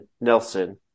Nelson